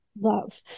love